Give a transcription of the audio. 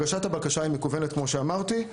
הגשת הבקשה היא מקוונת, כמו שאמרתי.